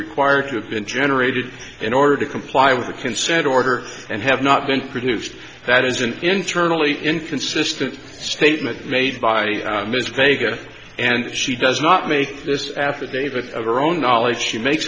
required to have been generated in order to comply with the consent order and have not been produced that is an internally inconsistent statement made by ms vega and she does not make this affidavit of her own knowledge she makes